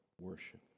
worship